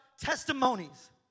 testimonies